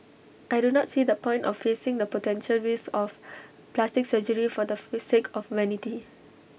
I do not see the point of facing the potential risks of plastic surgery for the free sake of vanity